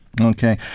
Okay